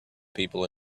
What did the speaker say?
people